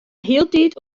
hieltyd